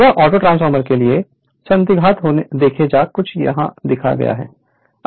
बस auto transformer के लिए सिद्धांत देखें जो कुछ यहां दिया गया था